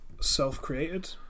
self-created